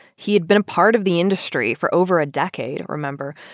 he had been a part of the industry for over a decade, remember?